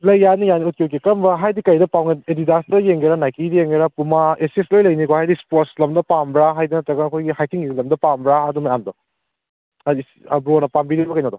ꯂꯩ ꯌꯥꯅꯤ ꯌꯥꯅꯤ ꯎꯠꯀꯦ ꯎꯠꯀꯦ ꯀꯔꯝꯕ ꯍꯥꯏꯗꯤ ꯀꯩꯗ ꯄꯥꯝꯒꯦ ꯑꯦꯗꯤꯗꯥꯁꯇ ꯌꯦꯡꯒꯦꯔꯥ ꯅꯥꯏꯀꯤꯗ ꯌꯦꯡꯒꯦꯔꯥ ꯄꯨꯃꯥ ꯑꯦꯁꯤꯁ ꯂꯣꯏ ꯂꯩꯅꯤꯀꯣ ꯍꯥꯏꯗꯤ ꯏꯁꯄꯣꯔꯠꯁ ꯂꯝꯗ ꯄꯥꯝꯕ꯭ꯔꯥ ꯍꯥꯏꯗꯤ ꯅꯠꯇ꯭ꯔꯒ ꯑꯩꯈꯣꯏꯒꯤ ꯍꯥꯏꯀꯤꯡꯒꯤ ꯂꯝꯗ ꯄꯥꯝꯕ꯭ꯔꯥ ꯑꯗꯨ ꯃꯌꯥꯝꯗꯣ ꯍꯥꯏꯗꯤ ꯕ꯭ꯔꯣꯅ ꯄꯥꯝꯕꯤꯔꯤꯕ ꯀꯩꯅꯣꯗꯣ